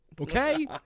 Okay